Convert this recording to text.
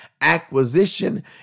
acquisition